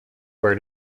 where